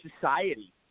society